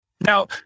now